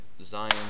Zion